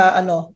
ano